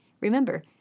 Remember